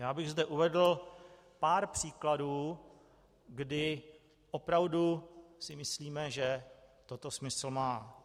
Já bych zde uvedl pár příkladů, kdy opravdu si myslíme, že toto smysl má.